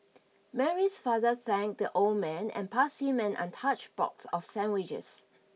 Mary's father thanked the old man and passed him an untouched box of sandwiches